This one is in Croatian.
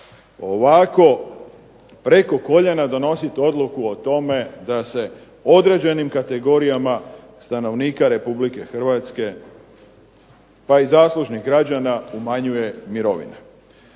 ovako preko koljena donositi odluku o tome da se određenim kategorijama stanovnika Republike Hrvatske pa i zaslužnih građana umanjuje mirovina.